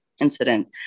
incident